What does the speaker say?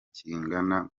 kingana